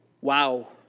Wow